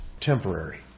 temporary